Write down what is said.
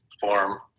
form